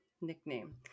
nickname